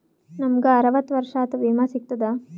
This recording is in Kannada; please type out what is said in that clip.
ನಮ್ ಗ ಅರವತ್ತ ವರ್ಷಾತು ವಿಮಾ ಸಿಗ್ತದಾ?